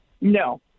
No